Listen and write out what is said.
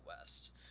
West